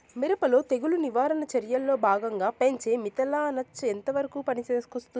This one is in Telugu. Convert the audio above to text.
మిరప లో తెగులు నివారణ చర్యల్లో భాగంగా పెంచే మిథలానచ ఎంతవరకు పనికొస్తుంది?